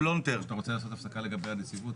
או שאתה רוצה לעשות הפסקה לגבי הנציבות?